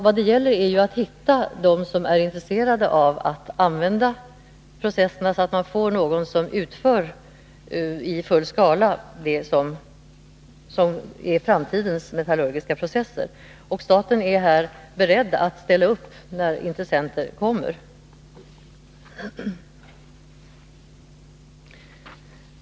Vad det gäller är att hitta dem som är intresserade av att använda processerna, så att man får någon som utför i full skala det som är framtidens metallurgiska processer. Staten är här beredd att ställa upp när intressenter kommer.